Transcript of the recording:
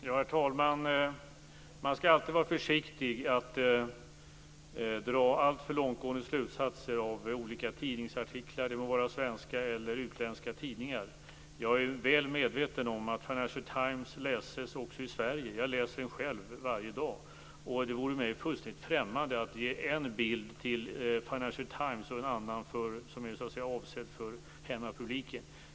Herr talman! Man skall alltid vara försiktig med att dra alltför långtgående slutsatser av olika tidningsartiklar, de må vara svenska eller utländska tidningar. Jag är väl medveten om att Financial Times läses också i Sverige. Jag läser den själv varje dag. Det vore mig fullständigt främmande att ge en bild till Financial Times och en annan som är avsedd för hemmapubliken.